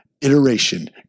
iteration